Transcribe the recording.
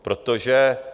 Protože...